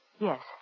Yes